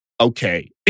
Okay